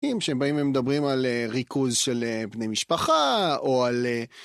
אם שבאים ומדברים על ריכוז של בני משפחה, או על...